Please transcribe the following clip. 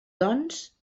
doncs